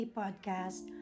podcast